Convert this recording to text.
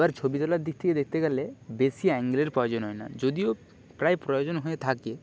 কারণ এমনি এমনি জায়গায় দৌড়লে সেই জায়গায় পড়ে যাওয়ার